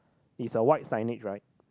it's a white signage right